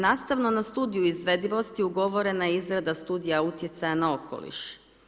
Nastavno na studiju izvedivosti ugovorena je izrada studija utjecaja na okoliš.